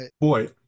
Boy